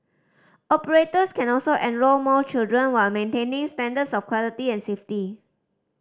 operators can also enrol more children while maintaining standards of quality and safety